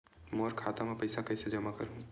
मोर खाता म पईसा कइसे जमा करहु?